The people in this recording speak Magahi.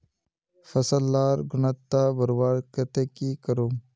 फसल लार गुणवत्ता बढ़वार केते की करूम?